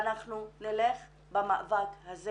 ואנחנו נלך במאבק הזה